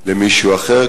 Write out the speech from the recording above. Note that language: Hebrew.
למישהו אחר,